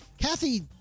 Kathy